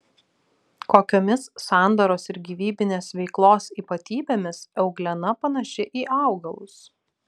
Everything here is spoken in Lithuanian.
kokiomis sandaros ir gyvybinės veiklos ypatybėmis euglena panaši į augalus